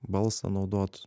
balsą naudot